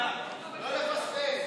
כהצעת הוועדה,